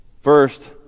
First